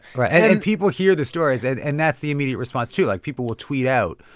right. and and people hear the stories. and and that's the immediate response, too. like, people will tweet out,